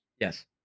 Yes